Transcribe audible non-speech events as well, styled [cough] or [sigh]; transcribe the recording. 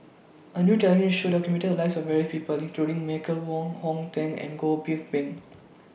A New television Show documented The Lives of various People including Michael Wong Hong Teng and Goh [unintelligible] Bin